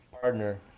partner